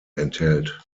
enthält